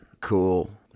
Cool